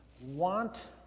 want